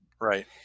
right